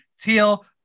teal